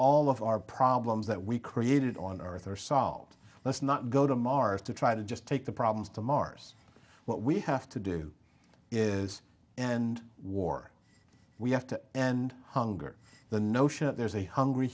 all of our problems that we created on earth are solved let's not go to mars to try to just take the problems to mars what we have to do is and war we have to and hunger the notion that there's a hungry